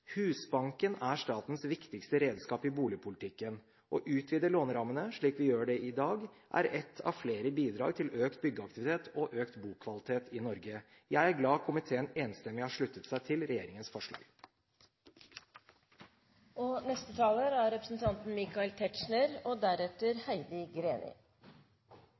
Husbanken er statens viktigste redskap i boligpolitikken. Å utvide lånerammene – slik vi gjør det i dag – er ett av flere bidrag til økt byggeaktivitet og økt bokvalitet i Norge. Jeg er glad komiteen enstemmig har sluttet seg til regjeringens